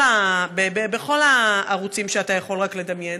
בכל הערוצים שאתה יכול רק לדמיין,